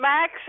Max